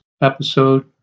episode